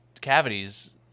cavities